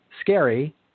Scary